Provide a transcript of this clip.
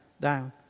down